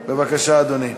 בבקשה, אדוני.